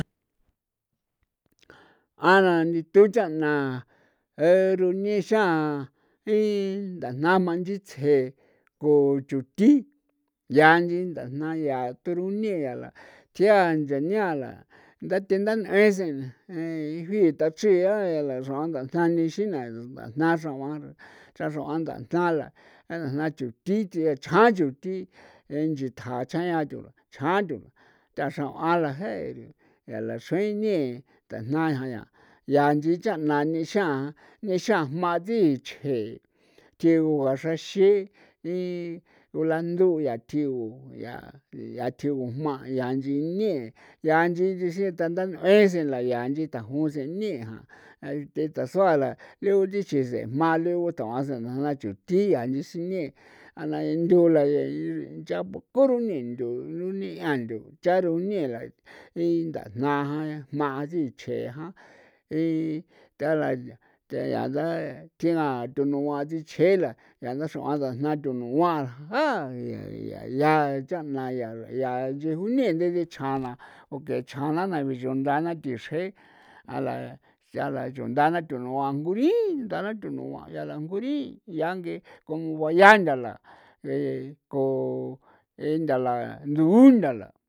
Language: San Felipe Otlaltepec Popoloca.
A na nitu cha'na eru nixan ji'i ndajna jma nchitsje ko chuthi yaa inchin ndajna yaa turune yaa la tjia nchania la ntha tenda nth'uese ji'i tachria ya la xr'uan ndajna nixina ndajna xr'uan xra xra'uan ndajna la ndajna chuthi thi a nchjan chuthi nchithjan chjaayan thu chjan ndu nthaxr'uan la jei yaa la xruin ne ndajna jan yaa yaa nchi cha'na nixan nixan jma dichje thigu xraxin gulandu yaa thigu yaa ya thigu jma yaa nchi niee yaa nchi nchisia tanda n'uese la ya nchi tajonse niae jan are the tasua la re udichje se jma leguton a se nena na chuthi yaa nchi sine ana ndula ncha buku rune ndu rune andu cha rune la ndajna jan jma sichje jan tha la the ya la thinga thunuan chichje la ya nda xr'uan ndajna thunuan a jan ya ya ya cha'na ya ya nche june de de chjan na o ke chjan na na bichonda na thi xre a la a la yunda na thunuan nguri ndana thunuan ya la nguri ya nge komo ba yanda la e ko e ndala ndu undala.